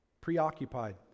Preoccupied